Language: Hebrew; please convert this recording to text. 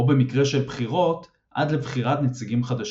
או במקרה של בחירות עד לבחירת נציגים חדשים.